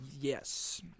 Yes